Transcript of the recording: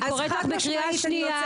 אני קוראת לך בקריאה שניה.